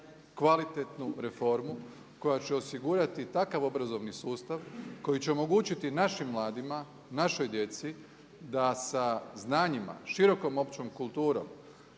kvalitetnu reformu koja će osigurati takav obrazovni sustav koji će omogućiti našim mladima, našoj djeci da sa znanjima, širokom općom kulturom,